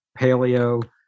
paleo